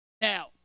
Now